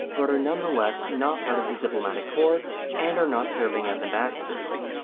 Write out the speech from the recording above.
but are nonetheless not part of the diplomatic corp and are not serving as ambassadors.